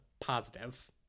positive